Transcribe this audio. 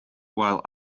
while